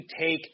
take